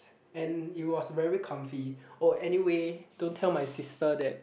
and it was very comfy orh anyway don't tell my sister that